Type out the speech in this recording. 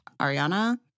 Ariana